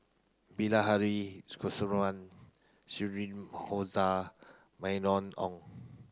Bilahari Shirin Mylene Ong